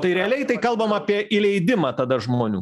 tai realiai tai kalbam apie įleidimą tada žmonių